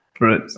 right